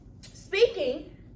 speaking